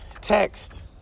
text